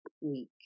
week